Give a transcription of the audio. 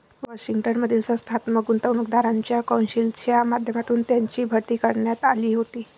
Washington मधील संस्थात्मक गुंतवणूकदारांच्या कौन्सिलच्या माध्यमातून त्यांची भरती करण्यात आली होती